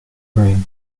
brain